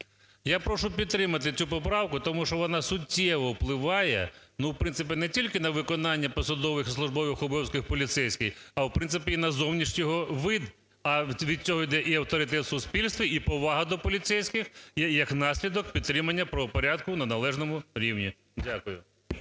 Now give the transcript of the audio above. Я прошу підтримати цю поправку, тому що вона суттєво впливає в принципі не тільки на виконання посадових і службових обов'язків поліцейських, а в принципі і на зовнішній вид. А від цього йде і авторитет суспільства, і повага до поліцейських, і як наслідок, підтримання правопорядку на належному рівні. Дякую.